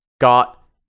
got